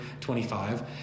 25